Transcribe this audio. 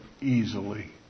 easily